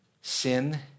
Sin